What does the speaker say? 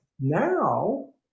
now